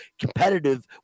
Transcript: competitive